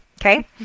Okay